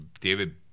David